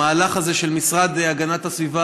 המהלך הזה של המשרד להגנת הסביבה